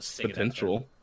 potential